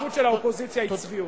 ההצטרפות של האופוזיציה היא צביעות.